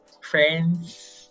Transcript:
friends